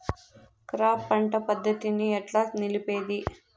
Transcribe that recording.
Crop పంట పద్ధతిని ఎట్లా నిలిపేది?